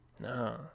No